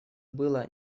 было